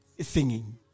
Singing